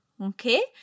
Okay